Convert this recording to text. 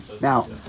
Now